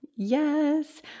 Yes